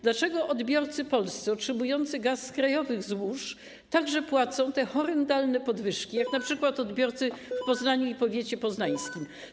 Dlaczego odbiorcy polscy otrzymujący gaz z krajowych złóż także płacą za te horrendalne podwyżki, jak np. odbiorcy w Poznaniu i w powiecie poznańskim?